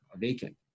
vacant